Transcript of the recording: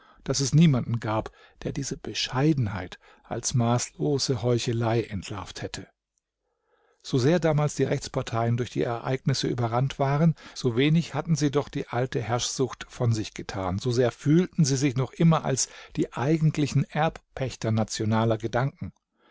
daß es niemanden gab der diese bescheidenheit als maßlose heuchelei entlarvt hätte so sehr damals die rechtsparteien durch die ereignisse überrannt waren so wenig hatten sie doch die alte herrschsucht von sich getan so sehr fühlten sie sich noch immer als die eigentlichen erbpächter nationaler gedanken